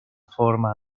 forma